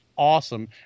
awesome